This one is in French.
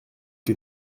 que